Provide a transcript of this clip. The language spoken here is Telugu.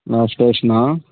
లాస్ట్ స్టేషనా